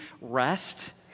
rest